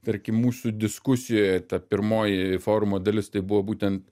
tarkim mūsų diskusijoje ta pirmoji forumo dalis tai buvo būtent